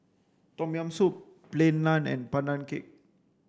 tom yam soup plain naan and pandan cake